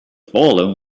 fallen